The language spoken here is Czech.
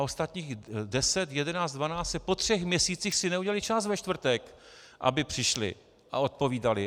Ostatních deset jedenáct dvanáct si po třech měsících neudělali čas ve čtvrtek, aby přišli a odpovídali.